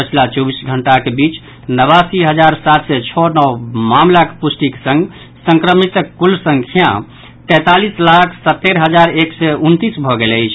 पछिला चौबीस घंटाक बीच नवासी हजार सात सय छओ नव मामिलाक प्रष्टिक संग संक्रमितक कुल संख्या तैंतालीस लाख सत्तरि हजार एक सय उनतीस भऽ गेल अछि